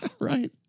Right